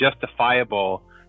justifiable